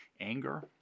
anger